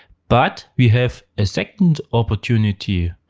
but we have a second opportunity.